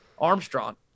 Armstrong